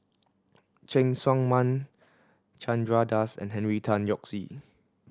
Cheng Tsang Man Chandra Das and Henry Tan Yoke See